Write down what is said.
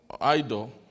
idol